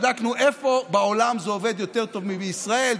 בדקנו איפה בעולם זה עובד יותר טוב מבישראל,